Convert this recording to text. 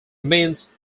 means